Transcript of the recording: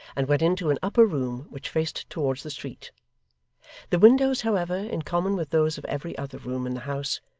and went into an upper room which faced towards the street the windows, however, in common with those of every other room in the house,